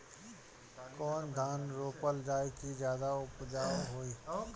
कौन धान रोपल जाई कि ज्यादा उपजाव होई?